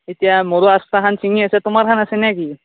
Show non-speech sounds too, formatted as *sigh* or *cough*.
এতিয়া মোৰো *unintelligible* চিঙি আছে তোমাৰখন আছে নে কি